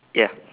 ya